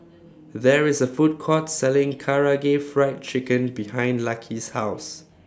There IS A Food Court Selling Karaage Fried Chicken behind Lucky's House